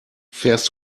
fährst